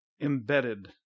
embedded